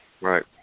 right